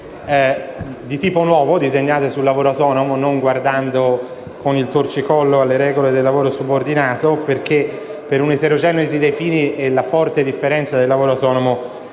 di tipo nuovo, disegnate sul lavoro autonomo e non guardando con il torcicollo alle regole del lavoro subordinato. Per un'eterogenesi dei fini e la forte differenza del lavoro autonomo,